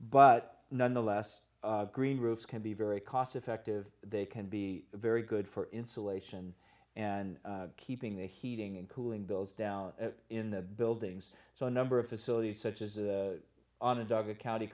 but nonetheless green roofs can be very cost effective they can be very good for insulation and keeping the heating and cooling bills down in the buildings so a number of facilities such as the onondaga county